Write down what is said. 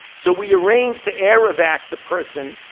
so we arranged to air evac the person.